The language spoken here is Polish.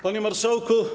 Panie Marszałku!